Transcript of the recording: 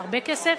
והרבה כסף?